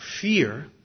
fear